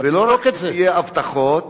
ולא רק שיהיו הבטחות,